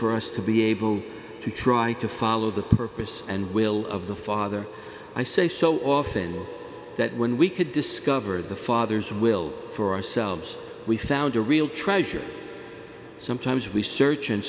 for us to be able to try to follow the purpose and will of the father i say so often that when we could discover the father's will for ourselves we found a real treasure sometimes we search